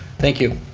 thank you,